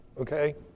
okay